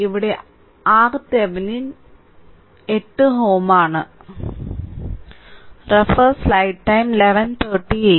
ഇവിടെ RThevenin 80 8 Ω ആണ്